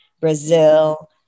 Brazil